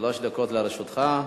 שלוש דקות לרשותך.